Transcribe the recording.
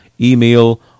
email